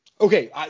Okay